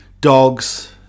dogs